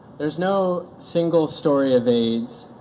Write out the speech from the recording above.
there's no single story of aids